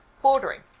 Bordering